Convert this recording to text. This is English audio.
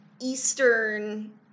eastern